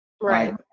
Right